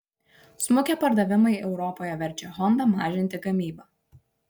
smukę pardavimai europoje verčia honda mažinti gamybą